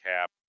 Cap